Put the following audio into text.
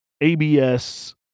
ABS